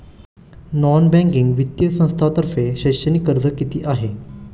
Non banking वित्तीय संस्थांतर्फे शैक्षणिक कर्ज किती आहे?